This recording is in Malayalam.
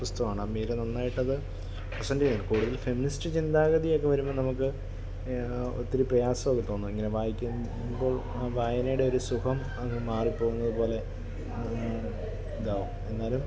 പുസ്തകമാണ് മീര നന്നായിട്ടത് പ്രെസെന്റ ചെയ്യുന്നു കൂടുതൽ ഫെമിനിസ്റ്റ് ചിന്താഗതിയൊക്കെ വരുമ്പം നമുക്ക് ഒത്തിരി പ്രയാസമൊക്കെ തോന്നും ഇങ്ങനെ വായിക്കുമ്പോൾ ആ വായനേടൊരു സുഖം അങ്ങ് മാറി പോവുന്നത് പോലെ ഇതാവും എന്നാലും